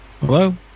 Hello